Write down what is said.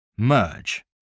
merge